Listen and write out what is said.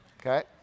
Okay